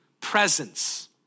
presence